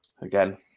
Again